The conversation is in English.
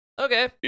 Okay